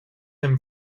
him